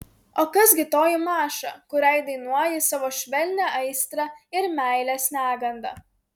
o kas gi toji maša kuriai dainuoji savo švelnią aistrą ir meilės negandą